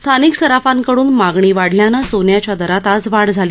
स्थानिक सराफांकडून मागणी वाढल्यानं सोन्याच्या दरात आज वाढ झाली